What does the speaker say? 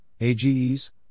AGEs